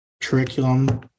curriculum